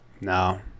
No